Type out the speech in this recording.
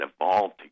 evolved